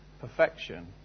perfection